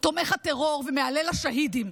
תומך הטרור ומהלל השהידים,